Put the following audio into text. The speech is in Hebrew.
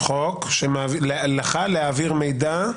חוק של להעביר מידע.